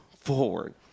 forward